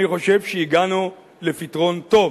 אני חושב שהגענו לפתרון טוב.